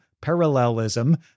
parallelism